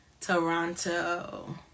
Toronto